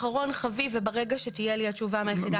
אחרון חביב וברגע שתהיה לי התשובה מהיחידה